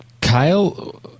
Kyle